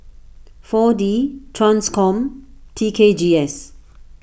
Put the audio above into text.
four D Transcom T K G S